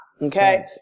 Okay